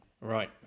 Right